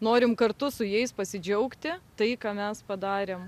norim kartu su jais pasidžiaugti tai ką mes padarėm